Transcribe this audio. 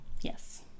Yes